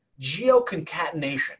geoconcatenation